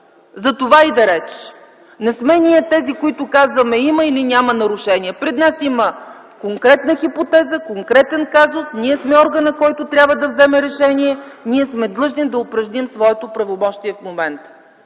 за това иде реч. Не сме ние тези, които казваме има или няма нарушение. Пред нас има конкретна хипотеза, конкретен казус, ние сме органът, който трябва да вземе решение и сме длъжни да упражним своето правомощие в момента.